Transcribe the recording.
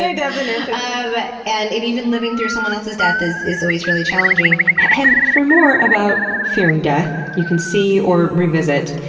ah definition. um and and even living through someone else's death is is always really challenging. for more about fearing death, you can see, or revisit,